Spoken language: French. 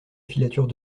filature